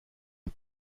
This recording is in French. est